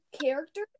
character